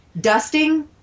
Dusting